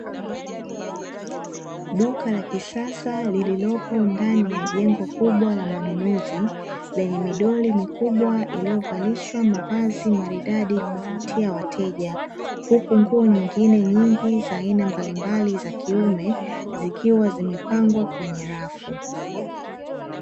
Duka la kisasa lililopo ndani ya jengo kubwa la manunuzi, lenye midoli mikubwa iliyovalishwa mavazi maridadi kuvutia wateja. Huku nguo nyingine nyingi za aina mbalimbali za kiume, zikiwa zimepangwa kwenye rafu.